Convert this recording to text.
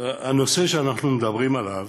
בנושא שאנחנו מדברים עליו,